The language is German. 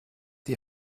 die